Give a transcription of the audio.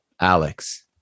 alex